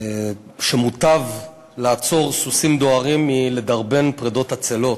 שמוטב לעצור סוסים דוהרים מלדרבן פרדות עצלות.